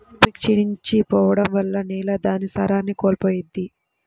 భూమి క్షీణించి పోడం వల్ల నేల దాని సారాన్ని కోల్పోయిద్ది